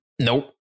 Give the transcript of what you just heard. Nope